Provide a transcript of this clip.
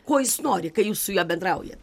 kuo jis nori kai jūs su juo bendraujat